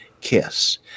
kiss